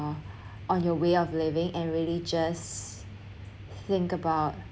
on your way of living and really just think about